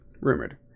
rumored